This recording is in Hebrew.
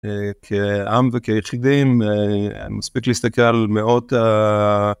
כעם וכיחידים, מספיק להסתכל על מאות ה...